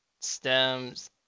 STEMs